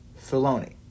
Filoni